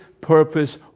purpose